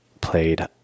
played